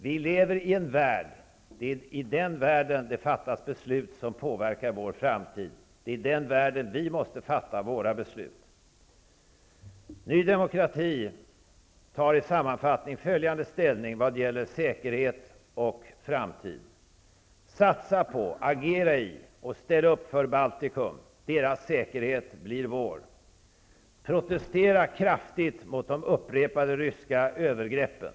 Vi lever i en värld, och det är i den världen som det fattas beslut som påverkar vår framtid, och det är i den världen som vi måste fatta våra beslut. Sammanfattningsvis tar Ny demokrati ställning på följande sätt när det gäller säkerhet och framtid: Vi måste satsa på, agera i och ställa upp för Baltikum. Deras säkerhet blir vår. Vi måste protestera kraftigt mot de upprepade ryska övergreppen.